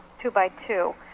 two-by-two